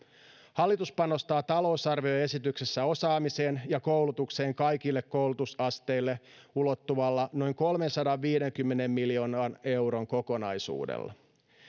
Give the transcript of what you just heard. hallitus panostaa talousarvioesityksessään osaamiseen ja koulutukseen kaikille koulutusasteille ulottuvalla noin kolmensadanviidenkymmenen miljoonan euron kokonaisuudella